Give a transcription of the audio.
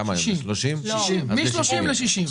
מ-30 ימים ל-60 ימים.